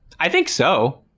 i think so.